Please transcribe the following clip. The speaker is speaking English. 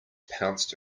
pounced